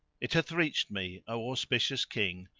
it hath reached me, o auspicious king,